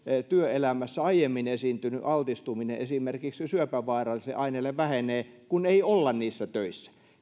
työelämässä aiemmin esiintynyt altistuminen esimerkiksi syöpävaarallisille aineille vähenee kun ei olla niissä töissä